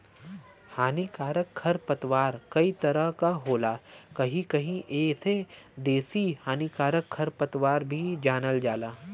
हानिकारक खरपतवार कई तरह क होला कहीं कहीं एके देसी हानिकारक खरपतवार भी जानल जाला